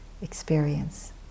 experience